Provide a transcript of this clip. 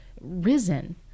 risen